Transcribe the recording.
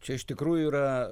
čia iš tikrųjų yra